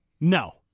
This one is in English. no